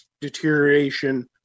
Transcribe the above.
deterioration